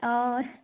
অঁ